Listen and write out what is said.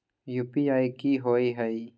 UPI कि होअ हई?